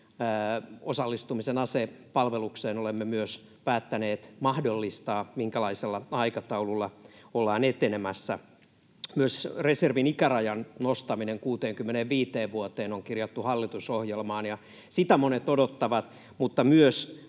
osallistumisen asepalvelukseen olemme myös päättäneet mahdollistaa — minkälaisella aikataululla ollaan etenemässä? Myös reservin ikärajan nostaminen 65 vuoteen on kirjattu hallitusohjelmaan. Sitä monet odottavat, mutta myös